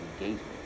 engagement